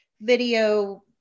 video